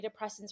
antidepressants